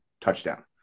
touchdown